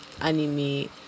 anime